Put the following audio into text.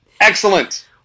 excellent